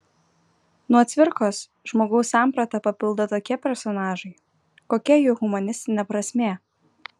kuo cvirkos žmogaus sampratą papildo tokie personažai kokia jų humanistinė prasmė